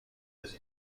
états